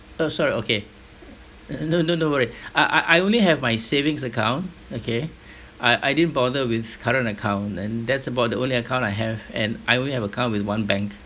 oh sorry okay no no no worry I I only have my savings account okay I I didn't bother with current account and that's about the only account I have and I only have account with one bank